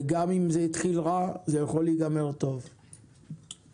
צוהריים טובים או בוקר טוב כי אנחנו אחרי עוד לילה ארוך ומייגע במליאה.